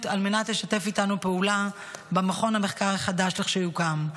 על מנת לשתף איתנו פעולה במכון המחקר החדש לכשיוקם.